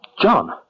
John